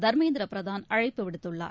தர்மேந்திரபிரதான் அழைப்பு விடுத்துள்ளார்